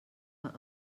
were